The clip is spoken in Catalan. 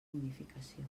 modificació